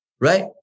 Right